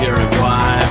Uruguay